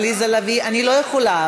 אני לא יכולה.